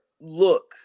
look